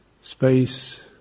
space